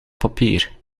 papier